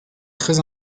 très